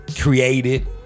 Created